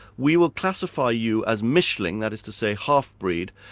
we will classify you as mischling that is to say, half-breed.